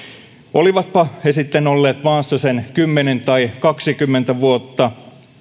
olivatpa he sitten olleet maassa kymmenen tai kaksikymmentä vuotta